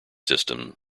system